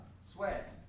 Sweat